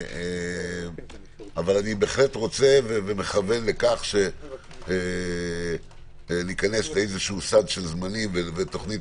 אני בהחלט רוצה ומכוון לכך שניכנס לסד של זמנים ותוכנית